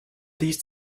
these